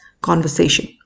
conversation